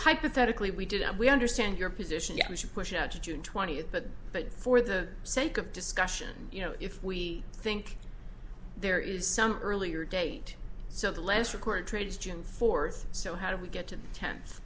hypothetically we did and we understand your position that we should push it to june twentieth but but for the sake of discussion you know if we think there is some earlier date so the last record trades june fourth so how do we get to t